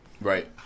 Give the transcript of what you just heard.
Right